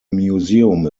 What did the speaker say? museum